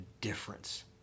difference